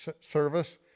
service